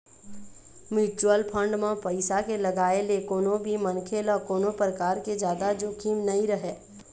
mutual fund म पइसा के लगाए ले कोनो भी मनखे ल कोनो परकार के जादा जोखिम नइ रहय